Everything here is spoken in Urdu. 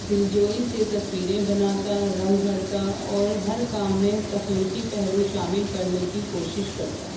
دلجمعی سے تصویریں بناتا رنگ بھرتا اور ہر کام میں تخلیقی پہلو شامل کرنے کی کوشش کرتا